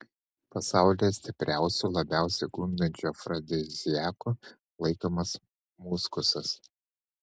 pasaulyje stipriausiu labiausiai gundančiu afrodiziaku laikomas muskusas